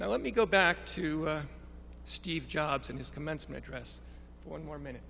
now let me go back to steve jobs and his commencement address one more minute